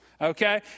Okay